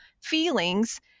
feelings